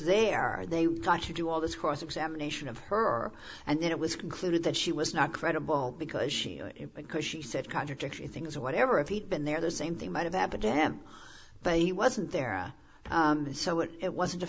there or they would try to do all this cross examination of her and then it was concluded that she was not credible because she could she said contradictory things or whatever if he'd been there the same thing might have happened to him but he wasn't there so it wasn't a